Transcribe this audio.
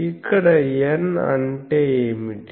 ఇక్కడ N అంటే ఏమిటి